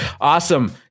awesome